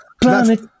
Planet